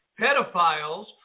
pedophiles